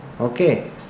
okay